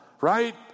right